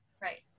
right